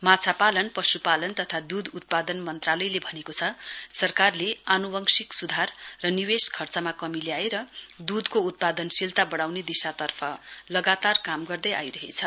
माछापालन पशुपाल् तथा दूध उत्पादन मन्त्रालयले भनेको छ सरकारले आनुवंशिक सुधार र निवेश खर्चमा कमी ल्याएर दूधको उत्पादन शीलता बढ़ाउने दिशातर्फ लगातार काम गर्दे आइरहेछ